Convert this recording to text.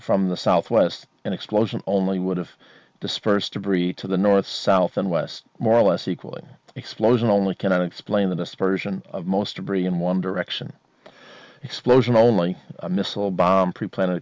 from the southwest and explosion only would have dispersed debris to the north south and west more or less equal an explosion only cannot explain the dispersion of most abri in one direction explosions only a missile bomb p